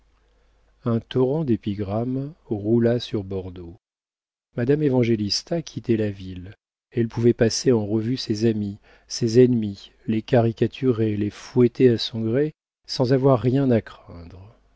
un torrent d'épigrammes roula sur bordeaux madame évangélista quittait la ville elle pouvait passer en revue ses amis ses ennemis les caricaturer les fouetter à son gré sans avoir rien à craindre